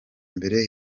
mbere